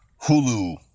Hulu